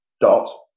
dot